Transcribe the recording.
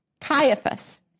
Caiaphas